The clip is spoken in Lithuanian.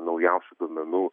naujausių duomenų